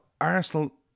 Arsenal